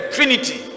Trinity